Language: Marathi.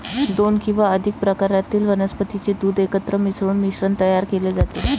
दोन किंवा अधिक प्रकारातील वनस्पतीचे दूध एकत्र मिसळून मिश्रण तयार केले जाते